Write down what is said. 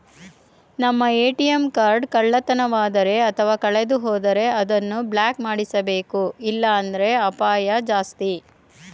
ನಮ್ಮ ATM card ಕಳ್ಳತನವಾದರೆ ಅಥವಾ ಕಳೆದುಹೋದರೆ ಅದನ್ನು ಬ್ಲಾಕ್ ಮಾಡಿಸಬೇಕು ಇಲ್ಲಾಂದ್ರೆ ಅಪಾಯ ಜಾಸ್ತಿ